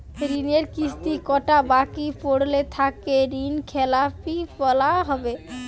ঋণের কিস্তি কটা বাকি পড়লে তাকে ঋণখেলাপি বলা হবে?